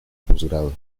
postgrado